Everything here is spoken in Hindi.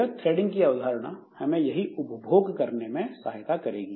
यह थ्रेडिंग की अवधारणा हमें यही उपभोग करने में सहायता करेगी